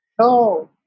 No